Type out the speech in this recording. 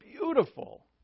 beautiful